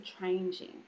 changing